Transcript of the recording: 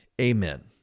amen